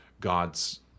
God's